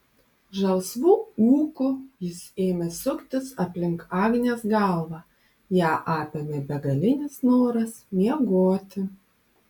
žalsvu ūku jis ėmė suktis aplink agnės galvą ją apėmė begalinis noras miegoti